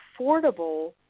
affordable